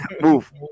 Move